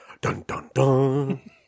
Dun-dun-dun